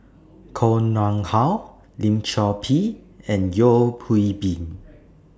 Koh Nguang How Lim Chor Pee and Yeo Hwee Bin